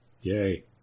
Yay